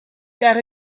ger